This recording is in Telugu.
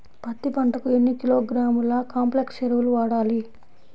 పత్తి పంటకు ఎన్ని కిలోగ్రాముల కాంప్లెక్స్ ఎరువులు వాడాలి?